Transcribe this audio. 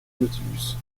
nautilus